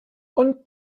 und